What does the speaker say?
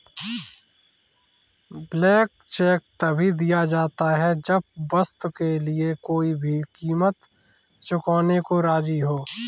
blank cheque तभी दिया जाता है जब वस्तु के लिए कोई भी कीमत चुकाने को राज़ी हो